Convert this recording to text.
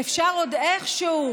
אפשר עוד איכשהו,